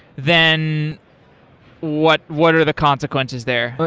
then what what are the consequences there?